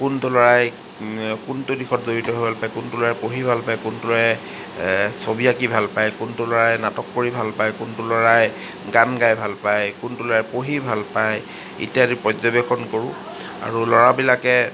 কোনটো ল'ৰাই কোনটো দিশত জড়িত লৈ ভাল পায় কোনটো ল'ৰাই পঢ়ি ভাল পায় কোনটো ল'ৰাই ছবি আঁকি ভাল পায় কোনটো ল'ৰাই নাটক কৰি ভাল পায় কোনটো ল'ৰাই গান গাই ভাল পায় কোনটো ল'ৰাই পঢ়ি ভাল পায় ইত্যাদি পৰ্যবেক্ষণ কৰোঁ আৰু ল'ৰাবিলাকে